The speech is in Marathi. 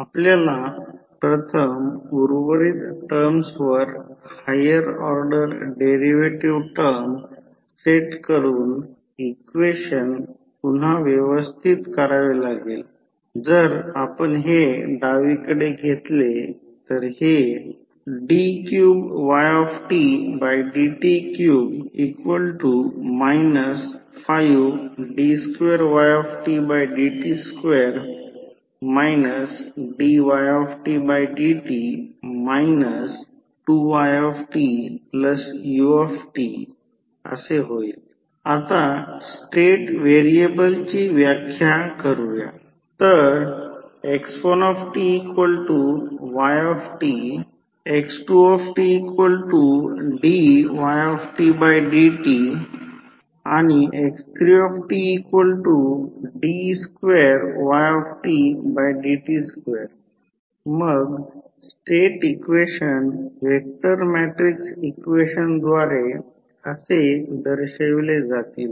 आपल्याला प्रथम उर्वरित टर्म्सवर higher order derivative term set करुन इक्वेशन पुन्हा व्यवस्थित करावे लागेल जर आपण हे डावीकडे घेतले तर हे d3ydt3 5d2ytdt2 dytdt 2ytu आता चला स्टेट व्हेरिएबल्सची व्याख्या करूया तर x1ty x2tdydt x3td2ydt2 मग स्टेट इक्वेशन व्हेक्टर मॅट्रिक्स इक्वेशनद्वारे असे दर्शविले जातील